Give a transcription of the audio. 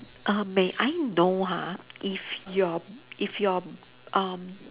uh may I know ha if your if your um